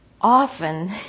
often